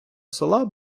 села